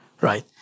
right